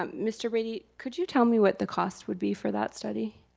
um mr. brady, could you tell me what the cost would be for that study?